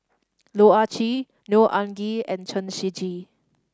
Loh Ah Chee Neo Anngee and Chen Shiji